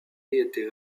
était